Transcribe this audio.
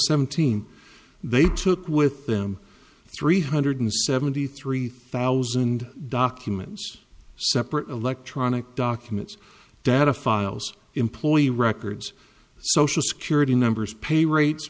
seventeen they took with them three hundred seventy three thousand documents separate electronic documents data files employee records social security numbers pay rates